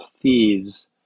thieves